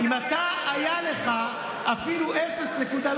אם היה לך אפילו אפס נקודה,